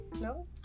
No